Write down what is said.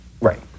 Right